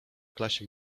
klasie